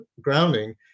grounding